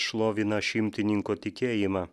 šlovina šimtininko tikėjimą